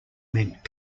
meant